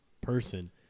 person